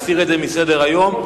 ההצעה הוסרה מסדר-היום.